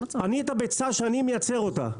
הביצה שאני מייצר אותה,